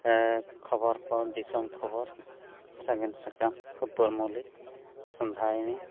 ᱦᱮᱸ ᱠᱷᱚᱵᱚᱨ ᱠᱚ ᱫᱤᱥᱚᱢ ᱠᱷᱚᱵᱚᱨ ᱥᱟᱜᱮᱱ ᱥᱟᱠᱟᱢ ᱠᱟᱹᱯᱩᱨ ᱢᱚᱞᱤ ᱥᱚᱸᱫᱷᱟᱭᱚᱱᱤ